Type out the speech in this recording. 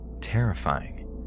terrifying